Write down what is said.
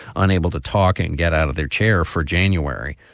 unable to talk and get out of their chair for january.